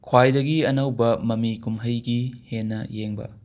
ꯈ꯭ꯋꯥꯏꯗꯒꯤ ꯑꯅꯧꯕ ꯃꯃꯤ ꯀꯨꯝꯍꯩꯒꯤ ꯍꯦꯟꯅ ꯌꯦꯡꯕ